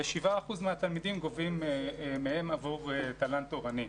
וגובים מ-7% מהתלמידים עבור תל"ן תורני.